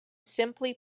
simply